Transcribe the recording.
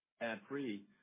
ad-free